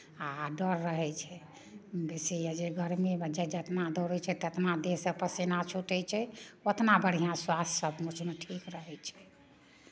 आ डर रहै छै बेसी यए जे गरमीमे जे जितना दौड़ै छै तितना देहसँ पसेना छूटै छै उतना बढ़िआँ स्वास्थ्य सभकिछुमे ठीक रहै छै